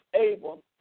able